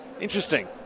interesting